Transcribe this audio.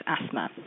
asthma